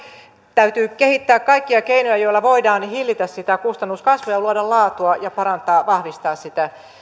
täytyy kehittää kaikkia keinoja joilla voidaan hillitä sitä kustannuskasvua ja luoda laatua ja parantaa ja vahvistaa sitä